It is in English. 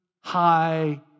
high